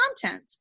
content